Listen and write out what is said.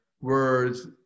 words